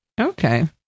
Okay